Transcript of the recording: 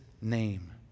name